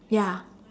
ya